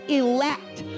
elect